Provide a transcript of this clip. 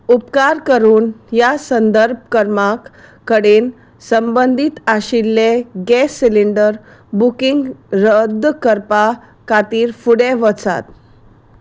उपकार करून ह्या संदर्भ क्रंमाक कडेन संबंदीत आशिल्ले गॅस सिलिंडर बुकींग रद्द करपा खातीर फुडें वचात